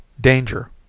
Danger